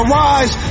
rise